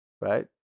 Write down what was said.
right